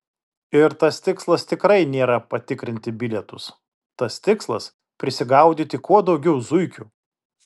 ir tas tikslas tikrai nėra patikrinti bilietus tas tikslas prisigaudyti kuo daugiau zuikių